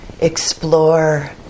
explore